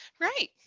Right